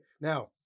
Now